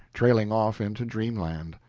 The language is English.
trailing off into dreamland.